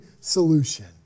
solution